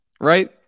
Right